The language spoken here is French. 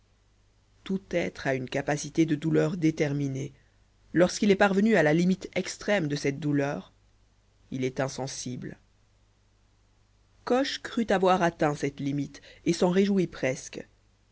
tout être a une capacité de douleur déterminée lorsqu'il est parvenu à la limite extrême de cette douleur il est insensible coche crut avoir atteint cette limite et s'en réjouit presque